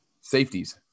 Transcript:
Safeties